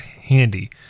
Handy